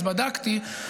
אז בדקתי,